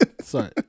Sorry